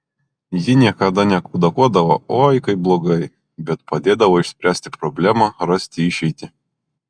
ji niekada nekudakuodavo oi kaip blogai bet padėdavo išspręsti problemą rasti išeitį